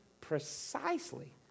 precisely